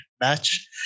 Match